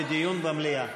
לדיון במליאה.